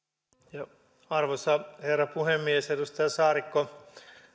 arvoisa herra puhemies edustaja saarikko